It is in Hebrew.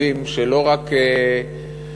יודעים שלא רק בתעשייה,